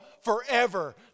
forever